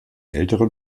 älteren